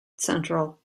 central